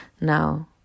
Now